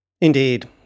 Indeed